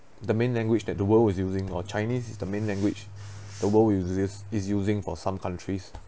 the main language that the world is using or chinese is the main language the world is use is using for some countries